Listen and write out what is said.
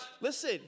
Listen